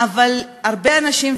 אבל הרבה אנשים,